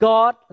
God